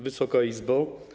Wysoka Izbo!